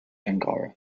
angora